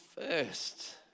first